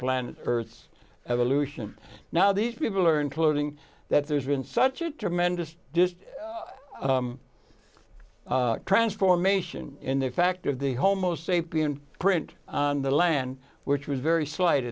planet earth evolution now these people are including that there's been such a tremendous just transform ation in the fact of the homo sapiens print on the land which was very slight